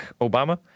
Obama